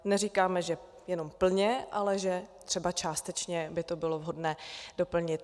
Neříkáme, že jenom plně, ale že třeba částečně by to bylo vhodné doplnit.